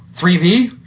3V